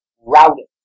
routing